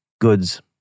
goods